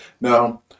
Now